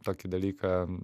tokį dalyką